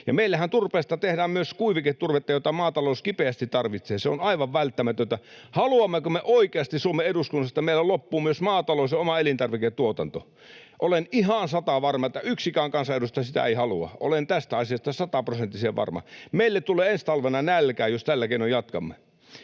meillähän turpeesta tehdään myös kuiviketurvetta, jota maatalous kipeästi tarvitsee. Se on aivan välttämätöntä. Haluammeko me oikeasti Suomen eduskunnassa, että meiltä loppuvat myös maatalous ja oma elintarviketuotanto? Olen ihan satavarma, että yksikään kansanedustaja sitä ei halua. Olen tästä asiasta sataprosenttisen varma. Meille tulee ensi talvena nälkä, jos tällä keinoin jatkamme,